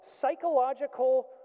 psychological